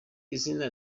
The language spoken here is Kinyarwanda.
izina